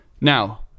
Now